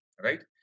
right